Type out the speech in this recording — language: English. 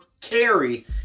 carry